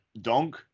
donk